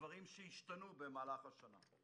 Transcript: הדברים שהשתנו במהלך השנה?